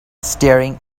staring